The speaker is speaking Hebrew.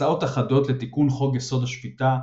הצעות אחדות לתיקון חוק יסוד השפיטה,